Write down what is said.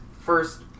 first